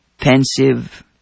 Pensive